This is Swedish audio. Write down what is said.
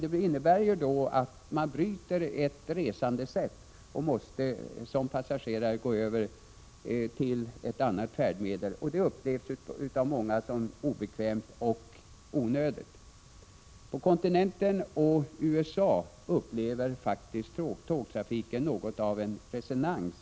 Det innebär att man bryter ett resandesätt, när passagerarna måste gå över till ett annat färdmedel. Detta upplevs av många som obekvämt och onödigt. På kontinenten och i USA upplever faktiskt tågtrafiken just nu något av en renäsans.